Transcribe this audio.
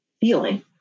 feeling